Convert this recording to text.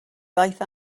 ddaeth